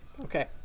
Okay